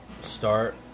start